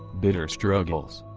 bitter struggles.